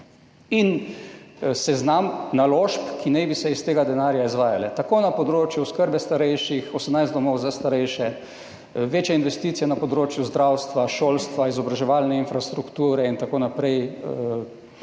Seznam naložb, ki naj bi se s tem denarjem izvajale, je tako na področju oskrbe starejših 18 domov za starejše, večje investicije na področju zdravstva, šolstva, izobraževalne infrastrukture in tako naprej,